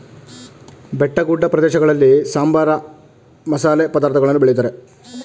ಬೆಟ್ಟಗುಡ್ಡ ಪ್ರದೇಶಗಳಲ್ಲಿ ಸಾಂಬಾರ, ಮಸಾಲೆ ಪದಾರ್ಥಗಳನ್ನು ಬೆಳಿತಾರೆ